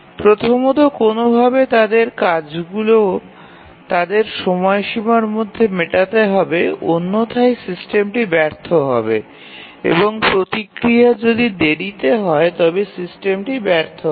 প্রথমত কোনওভাবে তাদের কাজগুলি তাদের সময়সীমার মধ্যে মেটাতে হবে অন্যথায় সিস্টেমটি ব্যর্থ হবে এবং প্রতিক্রিয়া যদি দেরিতে হয় তবে সিস্টেমটি ব্যর্থ হবে